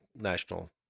national